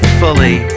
fully